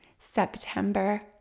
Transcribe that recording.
September